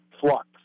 flux